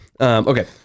Okay